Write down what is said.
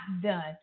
done